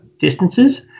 distances